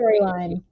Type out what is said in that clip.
storyline